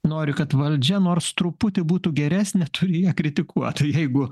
nori kad valdžia nors truputį būtų geresnė turi ją kritikuot o jeigu